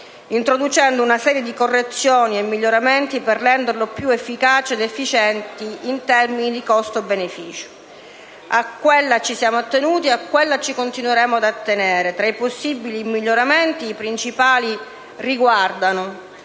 introducendo una serie di correzioni e di miglioramenti, per renderla più efficace ed efficiente in termini di rapporto costi‑benefici: a ciò ci siamo attenuti e a ciò ci continueremo ad attenere. Tra i possibili miglioramenti, i principali riguardano